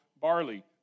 barley